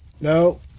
no